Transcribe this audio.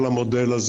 לבין המוערך.